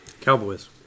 Cowboys